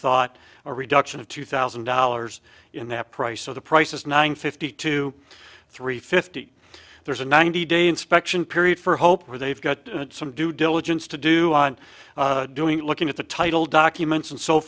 thought a reduction of two thousand dollars in the price of the prices nine fifty to three fifty there's a ninety day inspection period for hope where they've got some due diligence to do on doing looking at the title documents and so